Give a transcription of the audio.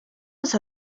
los